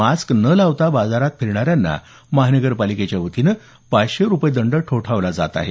mask न लावता बाजारात फिरणाऱ्यांना महानगरपालिकेच्या वतीनं पाचशे रुपये दंड ठोठावण्यात येत आहे